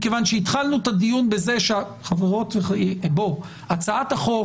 מכיוון שהתחלנו את הדיון בזה שהצעת החוק